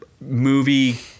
movie